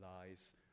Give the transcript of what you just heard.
lies